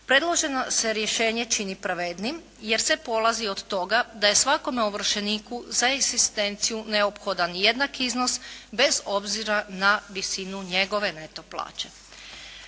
Predložene se rješenje čini pravednijim jer se polazi od toga da je svakome ovršeniku za egzistenciju neophodan jednak iznos bez obzira na visinu njegove neto plaće.